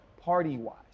Party-wise